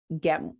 get